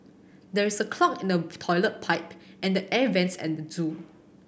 there is a clog in the toilet pipe and the air vents at the zoo